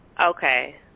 Okay